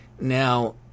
Now